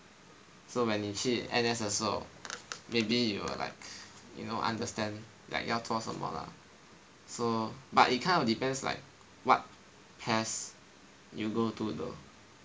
so when 你去 N_S 的时候 maybe you will like you know understand like 要做什么 lah so but it kind of depends like what PES you go to though